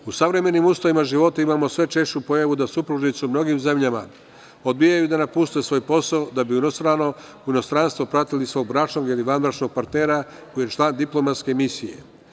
U savremenim uslovima života imamo sve češću pojavu da supružnici u mnogim zemljama odbijaju da napuste svoj posao da bi u inostranstvu pratili svog bračnog ili vanbračnog partnera koji je član diplomatske misije.